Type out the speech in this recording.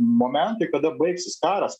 momentui kada baigsis karas